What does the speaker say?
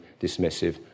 dismissive